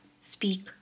speak